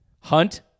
hunt